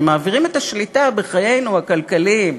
ומעבירים את השליטה בחיינו הכלכליים,